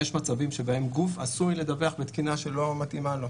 יש מצבים שבהם גוף עשוי לדווח בתקינה שלא מתאימה לו.